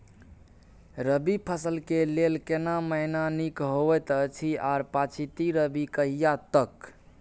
रबी फसल के लेल केना महीना नीक होयत अछि आर पछाति रबी कहिया तक?